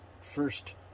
first